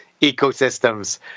ecosystems